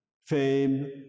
fame